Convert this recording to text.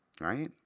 right